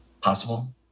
possible